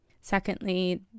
secondly